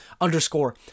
underscore